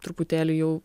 truputėlį jau